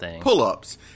pull-ups